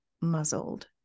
muzzled